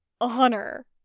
honor